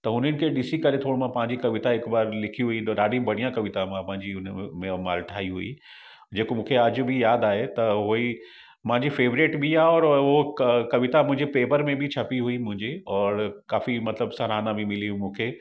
त उन्हनि खे ॾिसी करे थोरो मां पंहिंजी कविता हिकु बार लिखी हुई त ॾाढी बढ़िया कविता मां पंहिंजी उन में मेओ मां ठाही हुई जेको मूंखे अॼु बि यादि आहे त उहो ई मुंहिंजी फ़ेवरेट बि आहे और हू क कविता मुंहिंजे पेपर में बि छपी हुई मुंहिंजी और काफ़ी मतिलबु सरहाना बि मिली हुई मूंखे